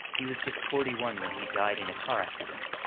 he was just forty one when he died in a car accident,